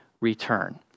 return